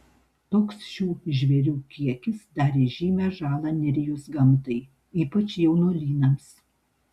toks šių žvėrių kiekis darė žymią žalą nerijos gamtai ypač jaunuolynams